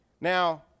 Now